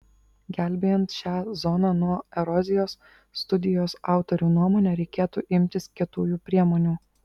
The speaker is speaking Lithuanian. gelbėjant šią zoną nuo erozijos studijos autorių nuomone reikėtų imtis kietųjų priemonių